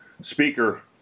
speaker